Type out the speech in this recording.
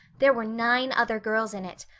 there were nine other girls in it.